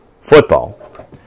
football